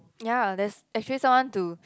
yea that's actually someone to